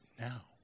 now